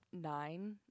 nine